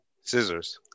Scissors